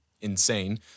insane